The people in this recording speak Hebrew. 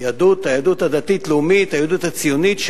היהדות הדתית-הלאומית, היהדות הציונית,